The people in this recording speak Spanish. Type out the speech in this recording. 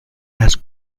las